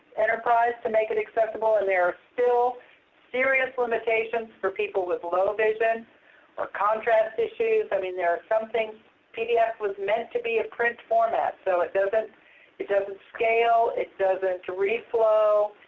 enterprise to make it accessible, and there are still serious limitations for people with low vision or contrast issues. i mean there are some things pdf was meant to be a print format so it doesn't it doesn't scale. it doesn't reflow.